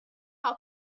her